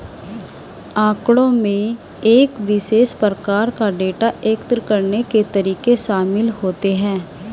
आँकड़ों में एक विशेष प्रकार का डेटा एकत्र करने के तरीके शामिल होते हैं